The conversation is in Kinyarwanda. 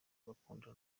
bakunda